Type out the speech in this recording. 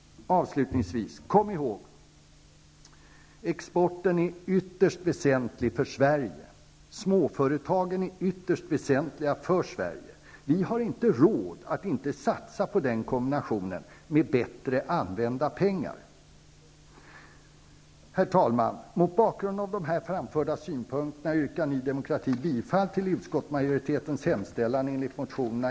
Avslutningsvis: Kom ihåg att exporten och småföretagen är ytterst väsentliga för Sverige. Vi har inte råd att inte satsa på den kombinationen -- med bättre använda pengar! Herr talman! Mot bakgrund av de här framförda synpunkterna yrkar Ny demokrati bifall till utskottsmajoritetens hemställan enligt motionerna